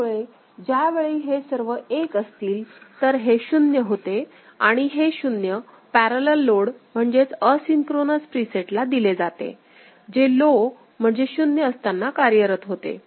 त्यामुळे ज्यावेळी हे सर्व 1 असतीलतर हे शून्य होते आणि हे 0 पॅरलल लोड म्हणजेच असिन्क्रोनोस प्रीसेटला दिले जाते जे लो म्हणजे शून्य असताना कार्यरत होते